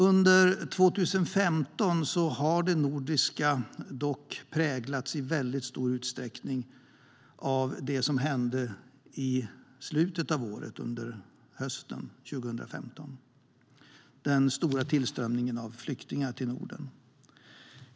Under 2015 har det nordiska dock i väldigt stor utsträckning präglats av det som hände i slutet av året, under hösten 2015: den stora tillströmningen av flyktingar till Norden.